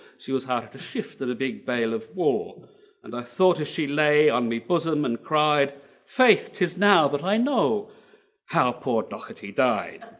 she was hard to shift at a big bale of wool and i thought as she lay on my bosom and cried faith tis now that i know how poor dougherty died.